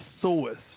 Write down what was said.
source